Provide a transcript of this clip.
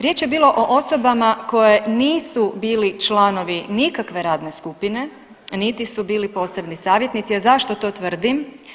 Riječ je bilo o osobama koje nisu bili članovi nikakve radne skupine, niti su bili posebni savjetnici, a zašto to tvrdim?